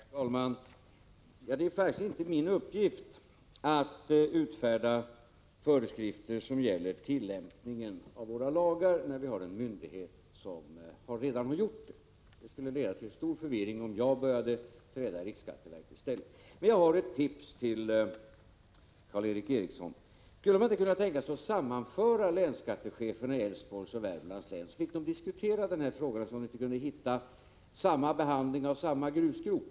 Herr talman! Det är faktiskt inte min uppgift att utfärda föreskrifter som gäller tillämpningen av våra lagar, när vi har en myndighet som redan gjort det. Det skulle leda till stor förvirring om jag började träda i riksskatteverkets ställe. Men jag har ett tips till Karl Erik Eriksson: Skulle man inte kunna tänka sig att sammanföra länsskattecheferna i Älvsborgs län och Värmlands län, så att de kunde diskutera och försöka hitta en lösning för likartad behandling i fråga om en och samma grusgrop?